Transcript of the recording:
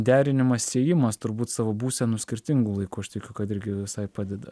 derinimas sėjimas turbūt savo būsenų skirtingu laiku aš tikiu kad irgi visai padeda